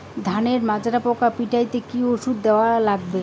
ধানের মাজরা পোকা পিটাইতে কি ওষুধ দেওয়া লাগবে?